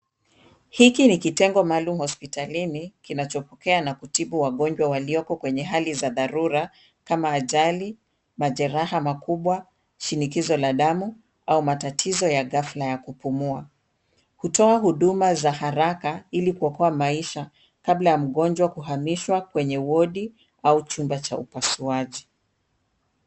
Hiki ni kitengo maalum hospitalini kinachopokea na kutibu wagonjwa walioko kwenye hali za dharura kama ajali, majeraha makubwa, shinikizo la damu au matatizo ya ghafla ya kupumua. Hutoa huduma za haraka, ili kuokoa maisha kabla ya mgonjwa kuhamishwa kwenye wodi au chumba cha upasuaji.